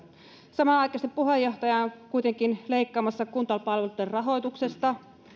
samanaikaisesti puheenjohtaja on kuitenkin leikkaamassa kuntapalveluitten rahoituksesta